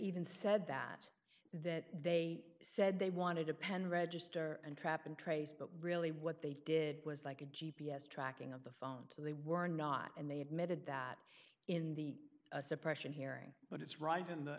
even said that that they said they wanted a pen register and trap and trace but really what they did was like a g p s tracking of the phone to they were not and they admitted that in the suppression hearing but it's right in the